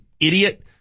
idiot